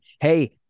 hey